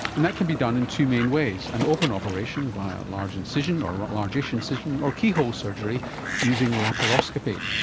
and that can be done in two main ways an open operation via a large incision or a largish incision, or keyhole surgery using laparoscopy,